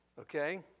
okay